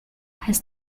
has